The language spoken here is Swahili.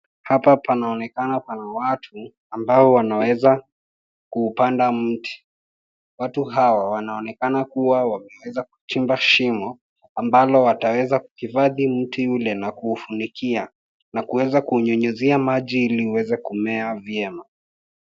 Hapa panaoenakana pana watu ambao wanaweza kuupanda mti. Watu hawa wanaonekana kuwa wameweza kuchimba shimo ambalo wataweza kuhifadhi mti ule na kuufunikia na kuweza kuunyunyizia maji ili iweze kumea vyema.